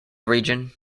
region